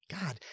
God